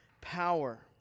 power